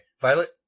Violet